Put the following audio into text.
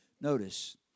Notice